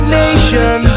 nation